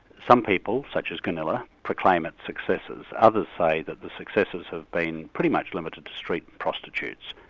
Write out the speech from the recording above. some people, such as gunilla, proclaim its successes others say that the successes have been pretty much limited to street prostitutes,